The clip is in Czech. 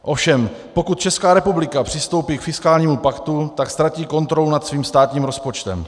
Ovšem pokud Česká republika přistoupí k fiskálnímu paktu, tak ztratí kontrolu nad svým státním rozpočtem.